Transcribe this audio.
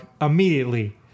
immediately